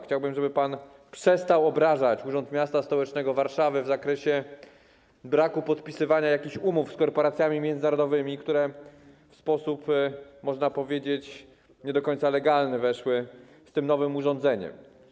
Chciałbym, żeby pan przestał obrażać Urząd Miasta Stołecznego Warszawy w zakresie braku podpisywania umów z korporacjami międzynarodowymi, które w sposób, można powiedzieć, nie do końca legalny weszły z tym nowym urządzeniem.